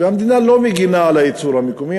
והמדינה לא מגינה על הייצור המקומי,